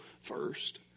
first